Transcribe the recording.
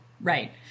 Right